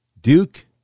Duke